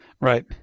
right